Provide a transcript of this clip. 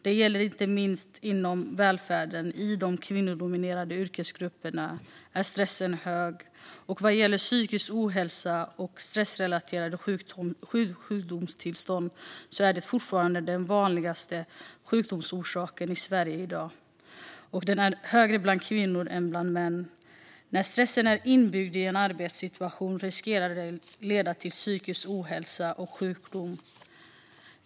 Det gäller inte minst inom välfärden. I de kvinnodominerade yrkesgrupperna är stressen hög. Vad gäller psykisk ohälsa och stressrelaterade sjukdomstillstånd är det fortfarande den vanligaste sjukdomsorsaken i Sverige. Och den är vanligare bland kvinnor än bland män. När stressen är inbyggd i en arbetssituation riskerar det att leda till psykisk ohälsa och sjukdom.